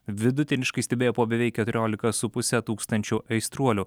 vidutiniškai stebėjo po beveik keturiolika su puse tūkstančių aistruolių